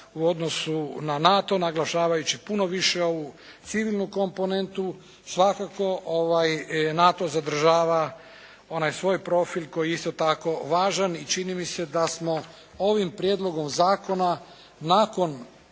u odnosu na NATO naglašavajući puno više ovu civilnu komponentu, svakako NATO zadržava onaj svoj profil koji je isto tako važan i čini mi se da smo ovim prijedlogom zakona nakon